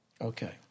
Okay